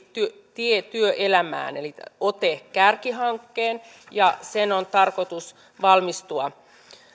tie työelämään eli ote kärkihankkeen ja sen on tarkoitus valmistua